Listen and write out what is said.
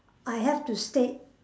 I have to stay